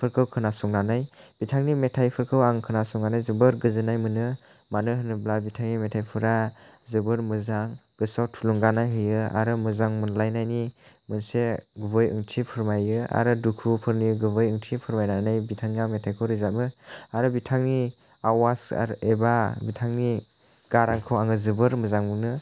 खोनासंनानै बिथांनि मेथाइफोरखौ आं खोनासंनानै जोबोर गोजोननाय मोनो मानो होनोब्ला बिथांनि मेथाइफोरा जोबोर मोजां गोसोआव थुलुंगानाय होयो आरो मोजां मोनलायनायनि मोनसे गुबै ओंथि फोरमायो आरो दुखुफोरनि गुबै ओंथि फोरमायनानै बिथाङा मेथाइखौ रोजाबो आरो बिथांनि आवाज एबा बिथांनि गारांखौ आङो जोबोर मोजां मोनो